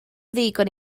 ddigon